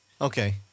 Okay